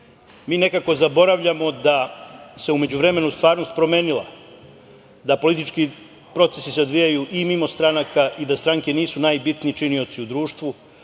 mi nekako zaboravljamo da se u međuvremenu stvarnost promenila, da politički procesi se odvijaju i mimo stranaka i da stranke nisu najbitniji činioci u društvu,